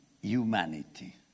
humanity